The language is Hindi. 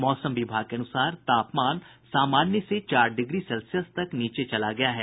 मौसम विभाग के अनुसार तापमान सामान्य से चार डिग्री सेल्सियस तक नीचे चला गया है